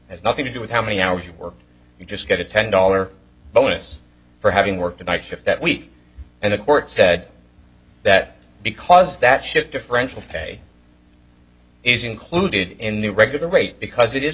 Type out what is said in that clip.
has nothing to do with how many hours you work you just get a ten dollar bonus for having worked a night shift that week and the court said that because that shift differential pay is included in the regular rate because it is